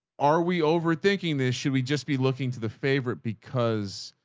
are we overthinking this? should we just be looking to the favorite? because